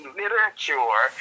literature